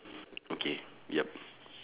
okay yup